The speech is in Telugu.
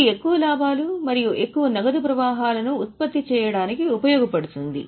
ఇది ఎక్కువ లాభాలు మరియు ఎక్కువ నగదు ప్రవాహాలను ఉత్పత్తి చేయడానికి ఉపయోగపడుతుంది